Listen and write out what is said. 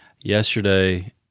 Yesterday